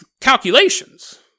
calculations